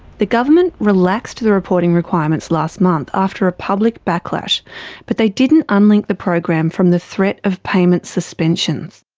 the government relaxed the reporting requirements last month after a public backlash but they didn't unlink the program from the threat of payment suspensions.